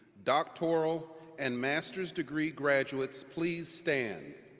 doctoral and master's degree graduates please stand?